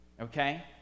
Okay